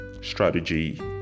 strategy